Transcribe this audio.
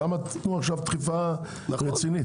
שם תנו עכשיו דחיפה רצינית.